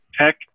tech